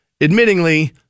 admittingly